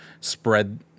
spread